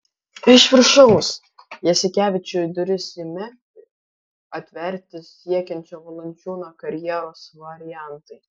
iš viršaus jasikevičiui duris į memfį atverti siekiančio valančiūno karjeros variantai